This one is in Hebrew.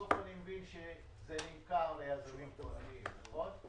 בסוף זה נמכר ליזמים פרטיים, נכון?